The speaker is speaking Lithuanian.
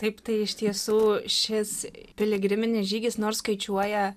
taip tai iš tiesų šis piligriminis žygis nors skaičiuoja